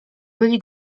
byli